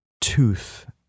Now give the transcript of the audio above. tooth